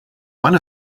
one